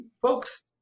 folks